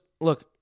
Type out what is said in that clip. look